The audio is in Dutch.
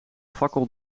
fakkel